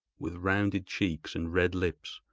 with rounded cheeks and red lips,